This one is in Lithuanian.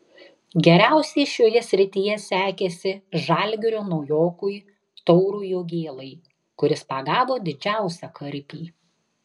geriausiai šioje srityje sekėsi žalgirio naujokui taurui jogėlai kuris pagavo didžiausią karpį